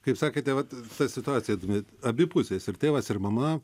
kaip sakėte vat ta situacija įdomi abi pusės ir tėvas ir mama